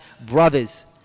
brothers